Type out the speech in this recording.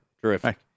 Terrific